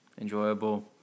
enjoyable